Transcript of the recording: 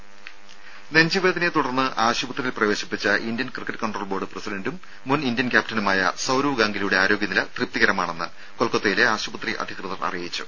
രംഭ നെഞ്ചുവേദനയെത്തുടർന്ന് ആശുപത്രിയിൽ പ്രവേശിപ്പിച്ച ഇന്ത്യൻ ക്രിക്കറ്റ് കൺട്രോൾ ബോർഡ് പ്രസിഡന്റും മുൻ ഇന്ത്യൻ ക്യാപ്റ്റനുമായ സൌരവ് ഗാംഗുലിയുടെ ആരോഗ്യനില തൃപ്തികരമാണെന്ന് കൊൽക്കത്തയിലെ ആശുപത്രി അധികൃതർ അറിയിച്ചു